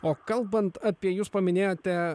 o kalbant apie jūs paminėjote